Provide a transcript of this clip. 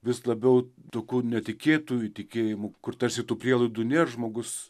vis labiau tokių netikėtų įtikėjimų kur tarsi tų prielaidų nėr žmogus